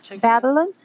Babylon